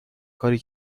کاری